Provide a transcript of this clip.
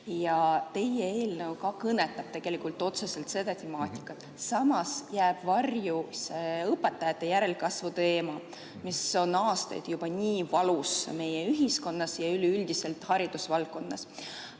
ja teie eelnõu ka kõnetab tegelikult otseselt seda temaatikat. Samas jääb varju õpetajate järelkasvu teema, mis on aastaid juba nii valus teema meie ühiskonnas ja üleüldiselt haridusvaldkonnas.